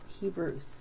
Hebrews